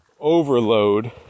overload